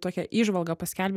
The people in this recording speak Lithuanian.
tokią įžvalgą paskelbė